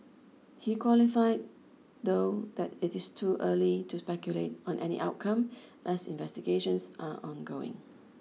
he qualified though that it is too early to speculate on any outcome as investigations are ongoing